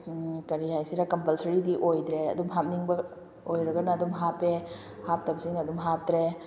ꯀꯔꯤ ꯍꯥꯏꯁꯤꯔ ꯀꯝꯄꯜꯁꯔꯤꯗꯤ ꯑꯣꯏꯗ꯭ꯔꯦ ꯑꯗꯨꯝ ꯍꯥꯞꯅꯤꯡꯕ ꯑꯣꯏꯔꯒꯅ ꯑꯗꯨꯝ ꯍꯥꯞꯄꯦ ꯍꯥꯞꯇꯕꯁꯤꯡꯅ ꯑꯗꯨꯝ ꯍꯥꯞꯇ꯭ꯔꯦ